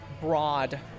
broad